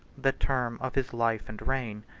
the term of his life and reign,